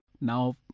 Now